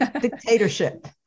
dictatorship